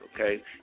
okay